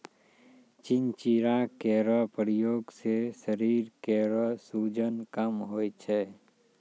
चिंचिड़ा केरो प्रयोग सें शरीर केरो सूजन कम होय छै